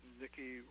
Nikki